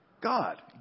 God